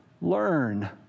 learn